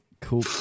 Cool